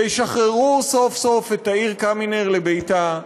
וישחררו סוף-סוף את תאיר קמינר לביתה,